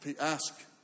ask